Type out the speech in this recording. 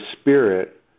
spirit